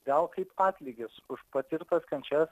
gal kaip atlygis už patirtas kančias